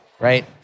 Right